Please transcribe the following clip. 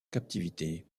captivité